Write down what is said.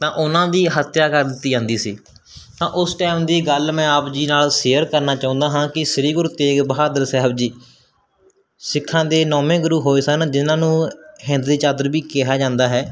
ਤਾਂ ਉਹਨਾਂ ਦੀ ਹੱਤਿਆ ਕਰ ਦਿੱਤੀ ਜਾਂਦੀ ਸੀ ਤਾਂ ਉਸ ਟਾਈਮ ਦੀ ਗੱਲ ਮੈਂ ਆਪ ਜੀ ਨਾਲ ਸ਼ੇਅਰ ਕਰਨਾ ਚਾਹੁੰਦਾ ਹਾਂ ਕਿ ਸ਼੍ਰੀ ਗੁਰੂ ਤੇਗ ਬਹਾਦਰ ਸਾਹਿਬ ਜੀ ਸਿੱਖਾਂ ਦੀ ਨੌਵੇਂ ਗੁਰੂ ਹੋਏ ਸਨ ਜਿਹਨਾਂ ਨੂੰ ਹਿੰਦ ਦੀ ਚਾਦਰ ਵੀ ਕਿਹਾ ਜਾਂਦਾ ਹੈ